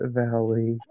valley